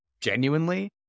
genuinely